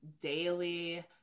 daily